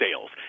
sales